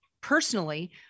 personally